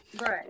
Right